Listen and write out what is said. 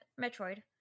Metroid